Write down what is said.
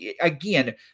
again